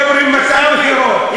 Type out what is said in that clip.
מדברים מתי הבחירות,